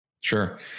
Sure